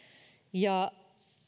ja